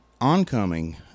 oncoming